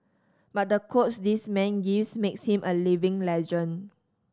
but the quotes this man gives makes him a living legend